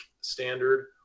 standard